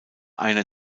einer